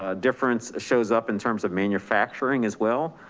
ah difference shows up in terms of manufacturing, as well,